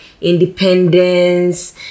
independence